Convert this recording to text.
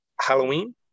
Halloween*